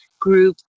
group